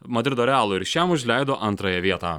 madrido realui ir šiam užleido antrąją vietą